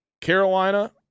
Carolina